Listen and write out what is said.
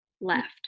left